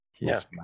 yes